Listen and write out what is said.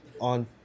on